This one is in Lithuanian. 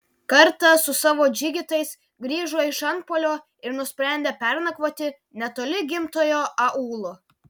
kartą su savo džigitais grįžo iš antpuolio ir nusprendė pernakvoti netoli gimtojo aūlo